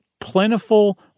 plentiful